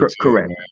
Correct